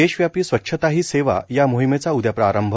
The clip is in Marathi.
देशव्यापी स्वच्छता ही सेवा या मोहिमेचा उद्या प्रारंभ